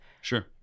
Sure